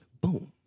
Boom